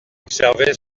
observer